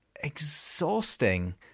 exhausting